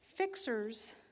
Fixers